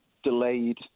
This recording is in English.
delayed